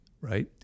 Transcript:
right